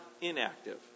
inactive